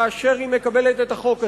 כאשר היא מקבלת את החוק הזה,